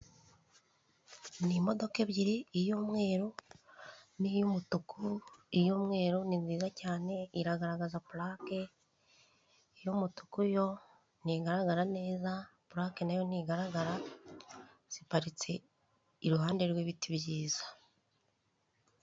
Ni imodoka ebyiri iy'umweru n'iy'umutuku yi'umweru ni nziza cyane iragaragaza purake, iy'umutuku yo ntigaragara neza purake na yo ntigaragara, ziparitse iruhande rw'ibiti byiza.